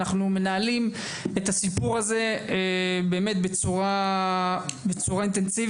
אנחנו מנהלים את הסיפור הזה באמת בצורה אינטנסיבית.